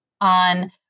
on